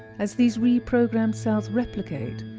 as these reprogrammed cells replicate,